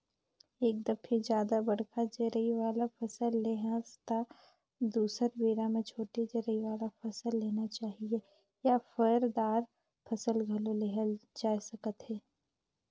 एक दफे जादा बड़का जरई वाला फसल ले हस त दुसर बेरा म छोटे जरई वाला फसल लेना चाही या फर, दार फसल घलो लेहल जाए सकथे